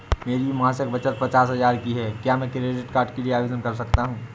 मेरी मासिक बचत पचास हजार की है क्या मैं क्रेडिट कार्ड के लिए आवेदन कर सकता हूँ?